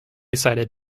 cited